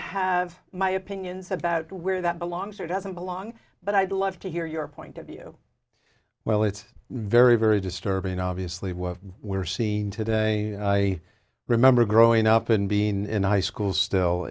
have my opinions about where that belongs or doesn't belong but i'd love to hear your point of view well it's very very disturbing obviously what we're seeing today i remember growing up and being in high school still